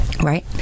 right